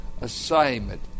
assignment